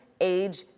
age